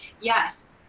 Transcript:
yes